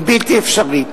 היא בלתי אפשרית.